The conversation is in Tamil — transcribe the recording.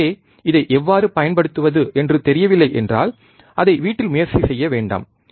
எனவே இதை எவ்வாறு பயன்படுத்துவது என்று தெரியவில்லை என்றால் அதை வீட்டில் முயற்சி செய்ய வேண்டாம்